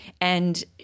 And-